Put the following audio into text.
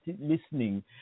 listening